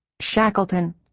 Shackleton